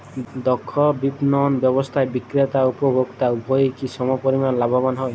দক্ষ বিপণন ব্যবস্থায় বিক্রেতা ও উপভোক্ত উভয়ই কি সমপরিমাণ লাভবান হয়?